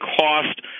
cost